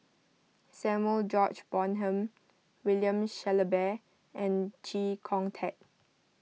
Samuel George Bonham William Shellabear and Chee Kong Tet